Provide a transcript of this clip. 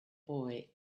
boy